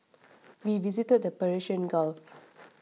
we visited the Persian Gulf